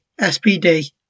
SPD